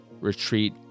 retreat